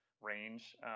range